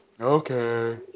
Okay